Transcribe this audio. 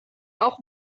auch